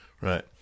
Right